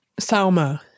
Salma